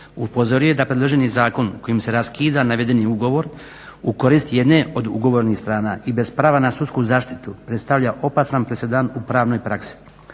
Upozorio je da predloženi zakon kojim se raskida navedeni ugovor u korist jedne od ugovornih strana i bez prava na sudsku zaštitu predstavlja opasan presedan u pravnoj praksi.